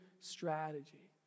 strategy